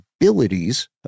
abilities